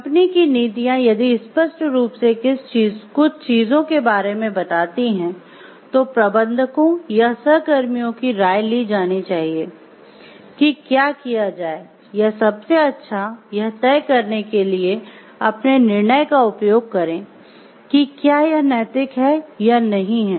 company की नीतियाँ यदि स्पष्ट रूप से कुछ चीजों के बारे में बताती है तो प्रबंधकों या सहकर्मियों की राय ली जानी चाहिए की क्या किया जाए या सबसे अच्छा यह तय करने के लिए अपने निर्णय का उपयोग करें कि क्या यह नैतिक है या नहीं है